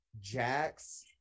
Jack's